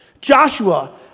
Joshua